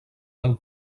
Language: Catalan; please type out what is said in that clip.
del